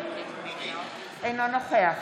אינו נוכח